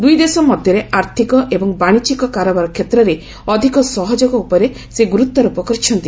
ଦୁଇଦେଶ ମଧ୍ୟରେ ଆର୍ଥକ ଏବଂ ବାଶିଜ୍ୟିକ କାରବାର କ୍ଷେତ୍ରରେ ଅଧିକ ସହଯୋଗ ଉପରେ ସେ ଗୁରୁତ୍ୱାରୋପ କରିଛନ୍ତି